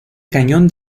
cañón